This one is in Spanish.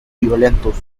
violentos